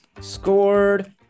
scored